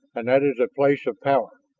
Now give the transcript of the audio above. and that is a place of power!